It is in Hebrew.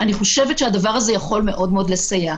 אני חושבת שהדבר הזה יכול מאוד מאוד לסייע לכם.